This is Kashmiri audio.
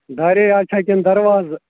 دارے یاژٕ چھا کِنہٕ دروازٕ